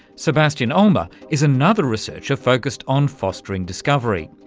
sebastian olma is another researcher focussed on fostering discovery.